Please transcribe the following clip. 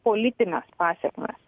politines pasekmes